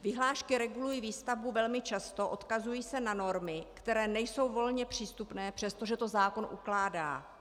Vyhlášky regulují výstavbu velmi často, odkazují se na normy, které nejsou volně přístupné, přestože to zákon ukládá.